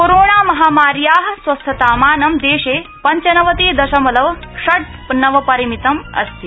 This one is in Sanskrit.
कोरोनामहामार्या स्वस्थतामानम् देशे पंचनवति दशमलव षड् नवपरिमितम् अस्ति